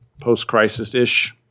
post-crisis-ish